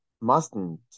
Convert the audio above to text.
Mustn't